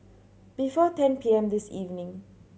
before ten P M this evening